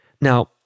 Now